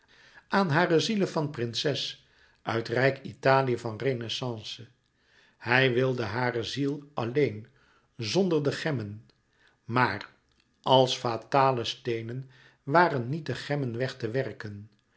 aan hare ziele van prinses uit rijk italië van renaissance hij wilde hare ziel alleen zonder de gemmen maar als fatale steenen waren niet de gemmen weg te werken